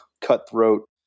cutthroat